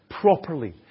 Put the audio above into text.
properly